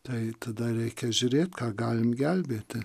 tai tada reikia žiūrėt ką galim gelbėti